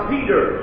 Peter